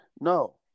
no